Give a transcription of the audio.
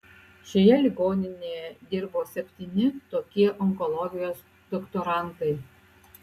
šioje ligoninėje dirbo septyni tokie onkologijos doktorantai